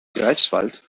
greifswald